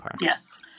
Yes